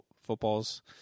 football's